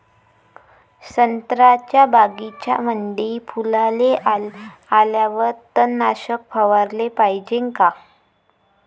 संत्र्याच्या बगीच्यामंदी फुलाले आल्यावर तननाशक फवाराले पायजे का?